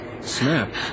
Snap